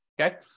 okay